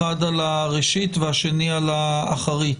האחד על הראשית והשני על האחרית.